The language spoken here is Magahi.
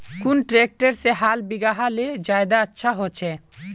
कुन ट्रैक्टर से हाल बिगहा ले ज्यादा अच्छा होचए?